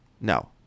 No